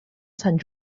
sant